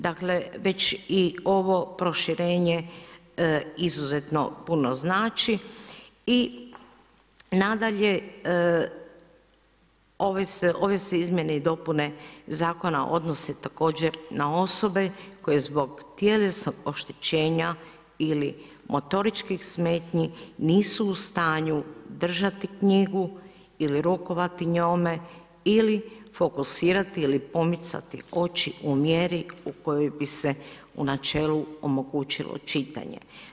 Dakle već i ovo proširenje izuzetno puno znači I nadalje, ove se izmjene i dopune zakona odnose također na osobe koje zbog tjelesnog oštećenja ili motoričkih smetnji nisu u stanju držati knjigu ili rukovati njome ili fokusirati ili pomicati oči u mjeri u kojoj bi se u načelu omogućilo čitanje.